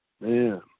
Man